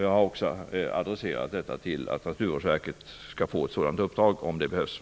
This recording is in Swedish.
Jag har också sagt att Naturvårdsverket i så fall kommer att få det uppdraget.